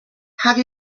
have